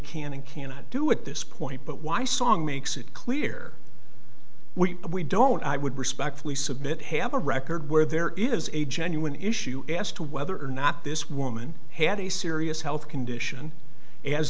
can and cannot do at this point but why song makes it clear we we don't i would respectfully submit have a record where there is a genuine issue as to whether or not this woman had a serious health condition as